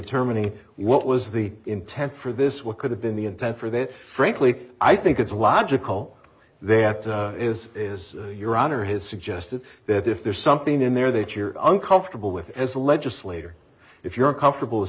determining what was the intent for this what could have been the intent for that frankly i think it's a logical they have is is your honor has suggested that if there's something in there that you're uncomfortable with as a legislator if you're comfortable with